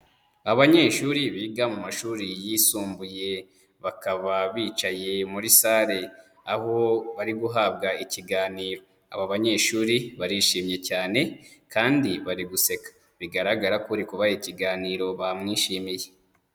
Abanyeshuri biga mu mashuri yisumbuye, bakaba bicaye muri salle aho bari guhabwa ikiganiro, aba banyeshuri barishimye cyane kandi bari guseka, bigaragara ko uri kubaha ikiganiro bamwishimiye.